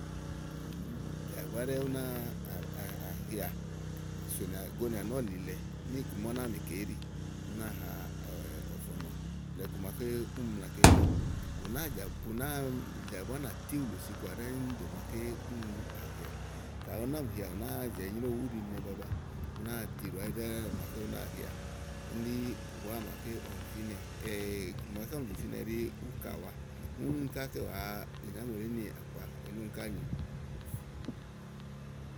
jè àgbá ɖɛ́ɛ́ ú náa àhià sònìà, gonìà nɔ́ɔ̀lilɛ iku ma ú náa mìkè éɖí ú náa ha ɔ̀fɔ̀nɔ̀ blɛ̀ɛ iku maké úni mla ké há ù náa jà, ù nàáa jè àgbà ú nàtí wùlùsi kɔà ɖɛ́ɛ dò màaké úni àhià, ka ú ná mì hià ù nàáa zì enyréwu úɖi nɛ baba ú náa tiɖòà áɖi ɖɛ́ɛ màaké ú náa hià, úni ɖí ùwá màaké ɔmi fínɛ̀ màaké ɔmì zìfínɛ ɖí úkàwá úni ká àá kɛwàa ìnyáŋòlí nàkpá elí úni ká nyì.